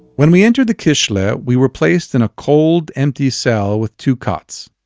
when we entered the kishle ah we were placed in a cold, empty cell with two cots.